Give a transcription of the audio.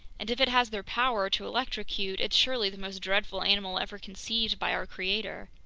and if it has their power to electrocute, it's surely the most dreadful animal ever conceived by our creator.